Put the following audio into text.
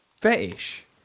fetish